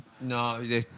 No